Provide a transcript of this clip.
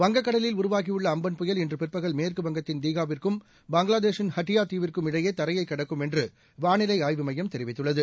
வங்கக்கடலில் உருவாகியுள்ள அம்பன் புயல் இன்று பிற்பகல் மேற்குவங்கத்தின் தீகாவிற்கும் பங்களாதேஷின் ஹட்டியா தீவிற்கும் இடையே தரையைக் கடக்கும் என்று வானிலை ஆய்வு மையம் தெரிவித்துள்ளது